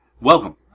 Welcome